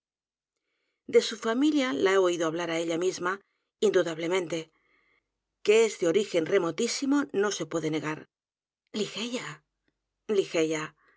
cuentos su familia la he oído hablar á ella misma indudablemente que es de origen remotísimo no se puede dudar ligeia ligeia